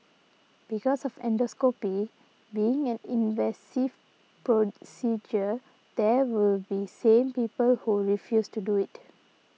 because of endoscopy being an invasive procedure there will be same people who refuse to do it